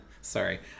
Sorry